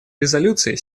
резолюции